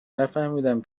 نفهمیدم